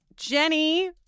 Jenny